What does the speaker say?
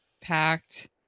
packed